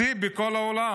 השיא של --- שיא בכל העולם.